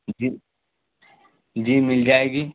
جی جی مل جائے گی